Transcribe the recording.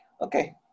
Okay